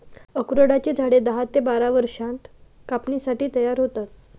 अक्रोडाची झाडे दहा ते बारा वर्षांत कापणीसाठी तयार होतात